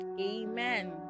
Amen